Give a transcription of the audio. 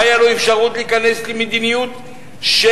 היתה לו אפשרות להיכנס למדיניות של,